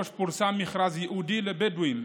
פורסם מכרז ייעודי לבדואים,